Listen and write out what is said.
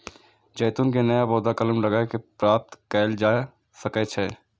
जैतून के नया पौधा कलम लगाए कें प्राप्त कैल जा सकै छै